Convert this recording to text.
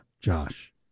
Josh